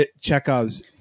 Chekhov's